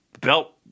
belt